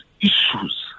issues